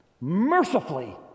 mercifully